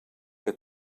que